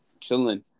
chilling